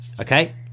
Okay